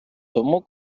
тому